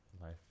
Life